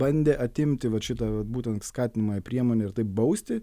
bandė atimti vat šitą būtent skatinamąją priemonę ir taip bausti